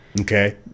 Okay